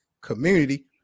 community